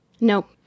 Nope